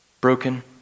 broken